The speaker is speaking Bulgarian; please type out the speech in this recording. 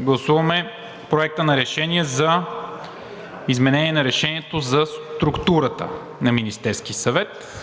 гласуваме Проекта на решение за изменение на Решението за структурата на Министерския съвет,